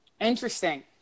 Interesting